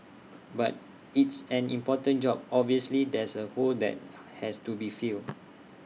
but it's an important job obviously there's A hole that has to be filled